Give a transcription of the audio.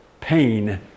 pain